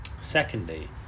Secondly